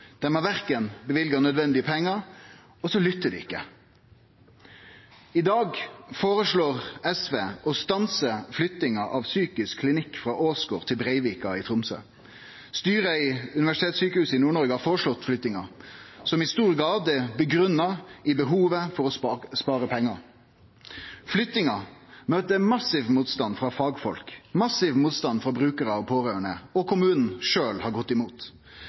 nødvendige pengar, og dei lyttar ikkje. I dag føreslår SV å stanse flyttinga av psykisk klinikk frå Åsgård til Breivika i Tromsø. Styret i Universitetssjukehuset Nord-Noreg har føreslått flyttinga, som i stor grad er grunngitt i behovet for å spare pengar. Flyttinga møter massiv motstand frå fagfolk, massiv motstand frå brukarar og pårørande, og kommunen sjølv har gått imot